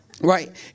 Right